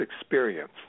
experience